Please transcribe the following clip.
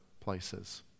places